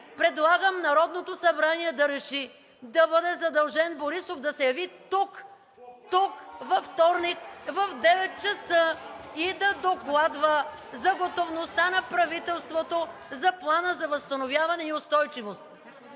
Предлагам Народното събрание да реши да бъде задължен Борисов да се яви тук – тук! – във вторник, в 9,00 ч. и да докладва за готовността на правителството за Плана за възстановяване и устойчивост.